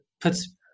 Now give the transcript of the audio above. puts